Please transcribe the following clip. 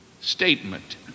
statement